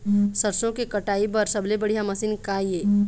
सरसों के कटाई बर सबले बढ़िया मशीन का ये?